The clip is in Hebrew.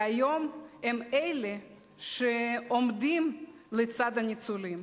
והיום הם אלה שעומדים לצד הניצולים,